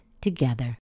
together